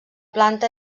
planta